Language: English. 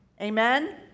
Amen